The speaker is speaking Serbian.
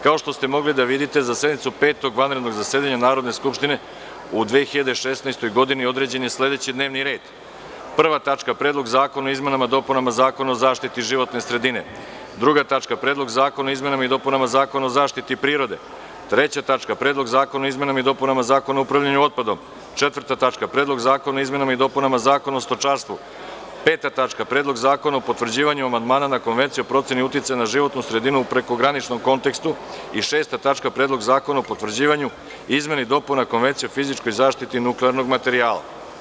Kao što ste mogli da vidite za sednicu Petog vanrednog zasedanja Narodne skupštine u 2016. godini, određen je sledeći D n e v n i r e d 1. Predlog zakona o izmenama i dopunama Zakona o zaštiti životne sredine; 2. Predlog zakona o izmenama i dopunama Zakona o zaštiti prirode; 3. Predlog zakona o izmenama i dopunama Zakona o upravljanju otpadom; 4. Predlog zakona o izmenama i dopunama Zakona o stočarstvu; 5. Predlog zakona o potvrđivanju amandmana na Konvenciju o proceni uticaja na životnu sredinu u prekograničnom kontekstu; 6. Predlog zakona o potvrđivanju izmena i dopuna Konvencije o fizičkoj zaštiti nuklearnog materijala.